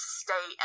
stay